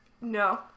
No